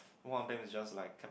one of them is just like cap